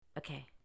Okay